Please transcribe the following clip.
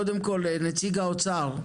קודם כל, נציג האוצר,